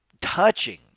touching